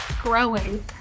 growing